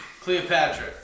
Cleopatra